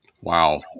Wow